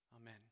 Amen